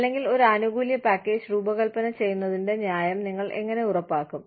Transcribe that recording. അല്ലെങ്കിൽ ഒരു ആനുകൂല്യ പാക്കേജ് രൂപകൽപന ചെയ്യുന്നതിന്റെ ന്യായം നിങ്ങൾ എങ്ങനെ ഉറപ്പാക്കും